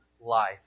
life